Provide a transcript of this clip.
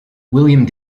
william